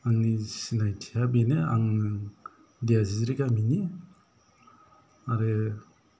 आंनि सिनायथिया बेनो आङो दियाजिजिरि गामिनि आरो